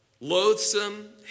Loathsome